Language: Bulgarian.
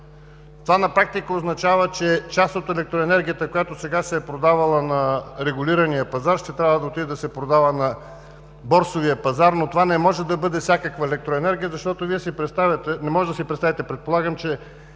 Това на практика означава, че част от електроенергията, която сега се е продавала на регулирания пазар, ще трябва да отиде да се продава на борсовия пазар, но това не може да бъде всякаква електроенергия, защото Вие не можете да си представите, предполагам, че